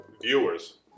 viewers